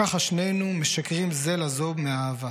// ככה שנינו / משקרים זה לזו / מאהבה.